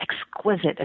exquisite